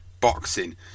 Boxing